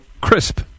crisp